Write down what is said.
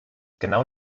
genau